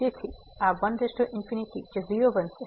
તેથી આ 1 જે 0 બનશે